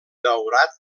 daurat